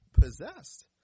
possessed